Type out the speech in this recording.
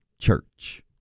church